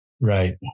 Right